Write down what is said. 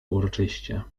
uroczyście